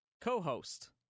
co-host